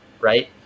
right